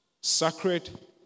sacred